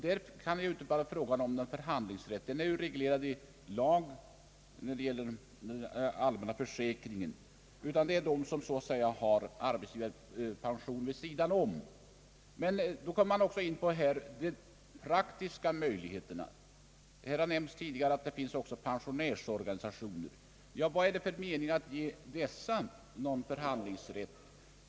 Där kan det inte vara fråga om förhandlingsrätt — pensionen är ju reglerad i lag när det gäller den allmänna försäkringen. Det gäller alltså dem som har arbetsgivarpension vid sidan om. Man kommer då också in på de praktiska möjligheterna. Här har tidigare nämnts att det också finns pensionärsorganisa tioner. Men vad är det för mening att ge dessa förhandlingsrätt?